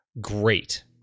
Great